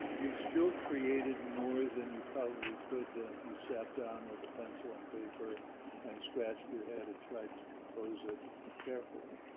you've still created more than you probably could then if you sat down with a pencil and paper and scratched your head and tried to compose it carefully.